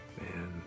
Man